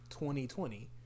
2020